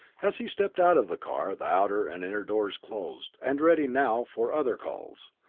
as he stepped out of the car the outer and inner doors closed, and, ready now for other calls,